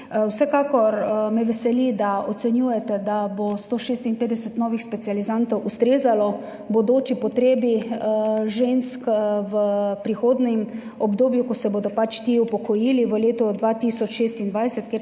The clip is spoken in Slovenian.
Vsekakor me veseli, da ocenjujete, da bo 156 novih specializantov ustrezalo bodoči potrebi žensk v prihodnjem obdobju, ko se bodo pač ti upokojili v letu 2026, kar